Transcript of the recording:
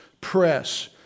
press